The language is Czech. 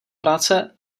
práce